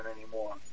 anymore